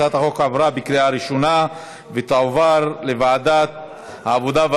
הצעת החוק עברה בקריאה ראשונה ותעבור לוועדת העבודה,